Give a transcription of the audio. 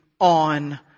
on